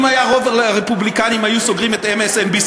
אם היה רוב לרפובליקנים היו סוגרים את MSNBC,